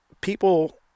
people